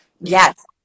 yes